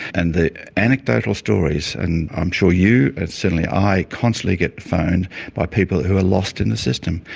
and the anecdotal stories, and i'm sure you, certainly i, constantly get phoned by people who are lost in the system.